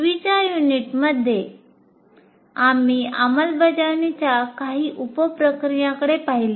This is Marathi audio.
पूर्वीच्या युनिटमध्ये आम्ही अंमलबजावणीच्या काही उप प्रक्रियांकडे पाहिले